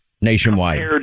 nationwide